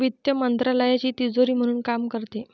वित्त मंत्रालयाची तिजोरी म्हणून काम करते